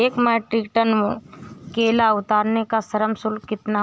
एक metric tonne केला उतारने का श्रम शुल्क कितना होगा?